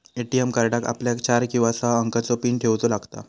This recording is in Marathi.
ए.टी.एम कार्डाक आपल्याक चार किंवा सहा अंकाचो पीन ठेऊचो लागता